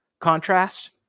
contrast